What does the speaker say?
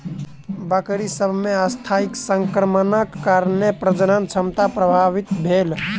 बकरी सभ मे अस्थायी संक्रमणक कारणेँ प्रजनन क्षमता प्रभावित भेल